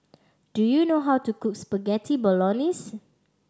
do you know how to cook Spaghetti Bolognese